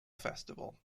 festival